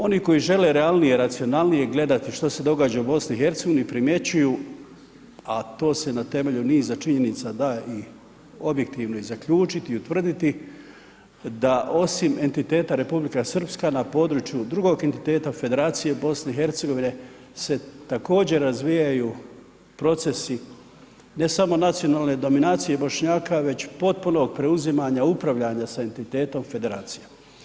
Oni koji žele realnije, racionalnije gledati što se događa u BiH primjećuju, a to se na temelju niza činjenica da i objektivno i zaključiti i utvrditi, da osim entiteta Republika Srpska na području drugog entiteta Federacije BiH se također razvijaju procesi, ne samo nacionalne dominacije Bošnjaka već potpunog preuzimanja upravljanja sa entitetom Federacije.